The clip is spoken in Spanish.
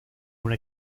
una